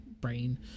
brain